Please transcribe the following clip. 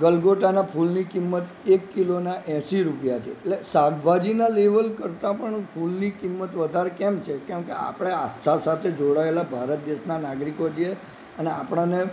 ગલગોટાના ફૂલની કિંમત એક કિલોના એેંસી રૂપિયા છે એટલે શાકભાજીના લેવલ કરતા પણ ફૂલની કિંમત વધારે કેમ છે કેમ કે આપણે આસ્થા સાથે જોડાયેલા ભારત દેશના નાગરિકો છે અને આપણને